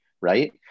right